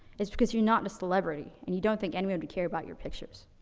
it's because you're not a celebrity, and you don't think anyone would care about your pictures.